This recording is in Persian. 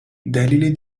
دلیل